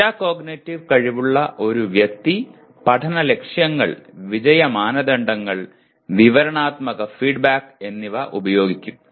metacognitive കഴിവുള്ള ഒരു വ്യക്തി പഠന ലക്ഷ്യങ്ങൾ വിജയ മാനദണ്ഡങ്ങൾ വിവരണാത്മക ഫീഡ്ബാക്ക് എന്നിവ ഉപയോഗിക്കും